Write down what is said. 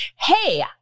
hey